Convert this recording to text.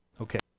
Okay